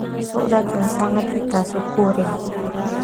Sodak yang sangat ita syukuri.